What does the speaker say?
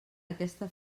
aquesta